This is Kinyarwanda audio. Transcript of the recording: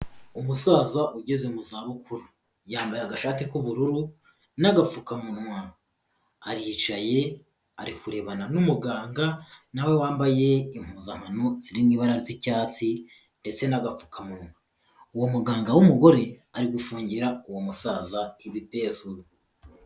Umusaza ugeze mu zabukuru, yambaye agashati k'ubururu n'agapfukamunwa, aricaye ari kurebana n'umuganga na we wambaye impuzankano ziri mu ibara ry'icyatsi ndetse n'agapfukamunwa, uwo muganga w'umugore ari gufungira uwo musaza ibipesu.